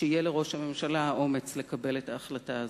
שיהיה לראש הממשלה האומץ לקבל את ההחלטה הזאת.